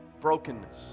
brokenness